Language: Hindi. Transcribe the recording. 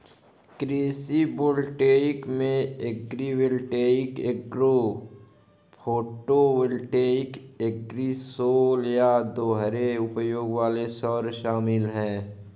कृषि वोल्टेइक में एग्रीवोल्टिक एग्रो फोटोवोल्टिक एग्रीसोल या दोहरे उपयोग वाले सौर शामिल है